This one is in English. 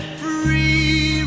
free